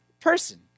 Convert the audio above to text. person